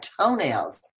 toenails